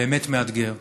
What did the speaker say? באמת מאתגר,